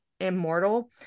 immortal